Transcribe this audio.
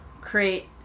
create